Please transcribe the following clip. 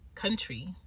country